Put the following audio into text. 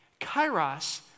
Kairos